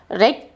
right